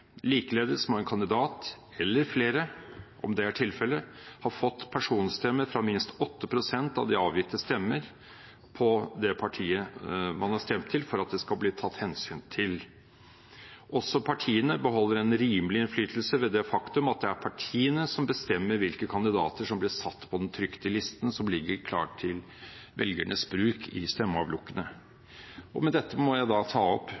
Likeledes må en kandidat, eller flere om det er tilfellet, ha fått personstemmer fra minst 8 pst. av de avgitte stemmene på det partiet man har stemt på, for at det skal bli tatt hensyn til. Også partiene beholder en rimelig innflytelse ved det faktum at det er partiene som bestemmer hvilke kandidater som blir satt på den trykte listen som ligger klar til velgernes bruk i stemmeavlukkene. Med dette vil jeg ta opp